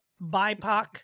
BIPOC